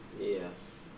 Yes